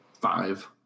five